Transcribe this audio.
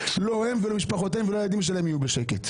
לא הם ולא משפחותיהם ולא הילדים שלהם יהיו בשקט.